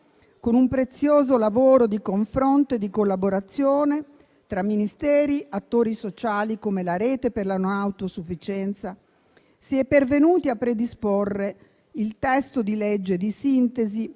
con un prezioso lavoro di confronto e di collaborazione tra Ministeri, attori sociali, come la rete per la nuova autosufficienza, si è pervenuti a predisporre il testo di legge di sintesi